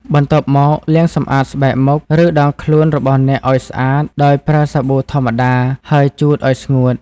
បន្ទាប់មកលាងសម្អាតស្បែកមុខ ឬដងខ្លួនរបស់អ្នកឱ្យស្អាត ដោយប្រើសាប៊ូធម្មតា ហើយជូតឱ្យស្ងួត។